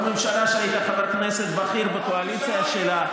בממשלה שהיית חבר כנסת בכיר בקואליציה שלה.